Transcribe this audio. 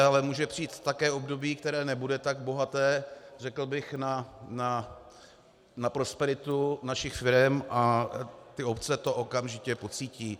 Ale může přijít také období, které nebude tak bohaté na prosperitu našich firem, a obce to okamžitě pocítí.